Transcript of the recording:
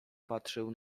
patrzył